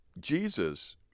Jesus